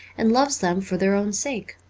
and loves them for their own sake.